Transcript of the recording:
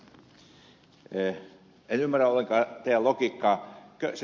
en ymmärrä ollenkaan teidän logiikkaanne